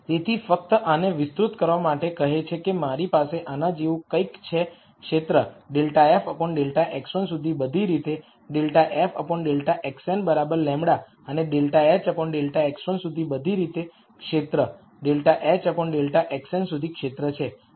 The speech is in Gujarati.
તેથી ફક્ત આને વિસ્તૃત કરવા માટે કહે છે કે મારી પાસે આના જેવું કંઈક છે ક્ષેત્ર ∂f ∂x1 સુધી બધી રીતે ∂f ∂xn λ અને ∂h ∂x1 સુધી બધી રીતે ક્ષેત્ર ∂h ∂xn સુધી ક્ષેત્ર છે